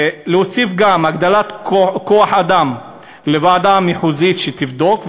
להוסיף גם הגדלת כוח-אדם לוועדה המחוזית שתבדוק,